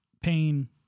pain